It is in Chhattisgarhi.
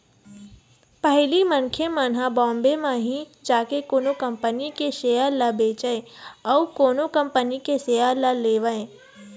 पहिली मनखे मन ह बॉम्बे म ही जाके कोनो कंपनी के सेयर ल बेचय अउ कोनो कंपनी के सेयर ल लेवय